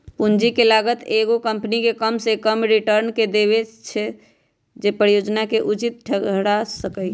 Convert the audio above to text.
पूंजी के लागत एगो कंपनी के कम से कम रिटर्न के देखबै छै जे परिजोजना के उचित ठहरा सकइ